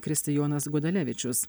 kristijonas gudalevičius